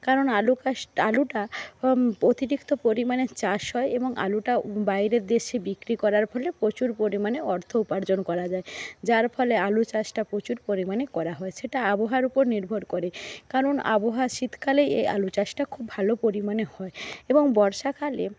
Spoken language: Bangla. কারণ আলু চাষ আলুটা অতিরিক্ত পরিমাণে চাষ হয় এবং আলুটা বাইরের দেশে বিক্রি করার ফলে প্রচুর পরিমাণে অর্থ উপার্জন করা যায় যার ফলে আলু চাষটা প্রচুর পরিমাণে করা হয় সেটা আবহাওয়ার ওপর নির্ভর করে কারণ আবহাওয়া শীতকালে এই আলু চাষটা খুব ভালো পরিমাণে হয় এবং বর্ষাকালে